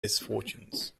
misfortunes